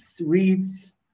reads